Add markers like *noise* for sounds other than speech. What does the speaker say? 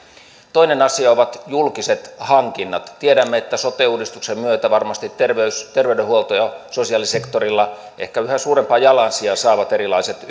toinen asia ovat julkiset hankinnat tiedämme että sote uudistuksen myötä varmasti terveydenhuolto ja sosiaalisektorilla ehkä yhä suurempaa jalansijaa saavat erilaiset *unintelligible*